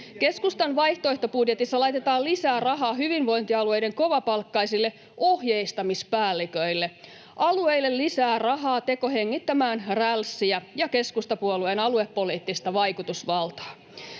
Keskustan vaihtoehtobudjetissa laitetaan lisää rahaa hyvinvointialueiden kovapalkkaisille ohjeistamispäälliköille, alueille lisää rahaa tekohengittämään rälssiä ja keskustapuolueen aluepoliittista vaikutusvaltaa.